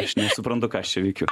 aš nesuprantu ką aš čia veikiu